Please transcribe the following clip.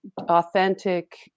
authentic